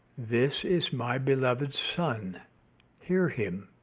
this is my beloved son hear him.